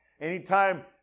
Anytime